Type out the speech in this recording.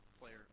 player